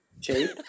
Cheap